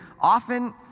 often